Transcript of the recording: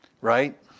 Right